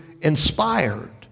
inspired